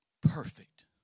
Perfect